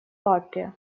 папе